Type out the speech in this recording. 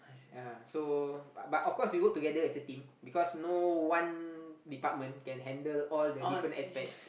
ya so but but of course we work together as a team because no one department can handle all the different aspects